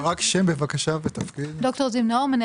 אני לא